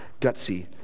gutsy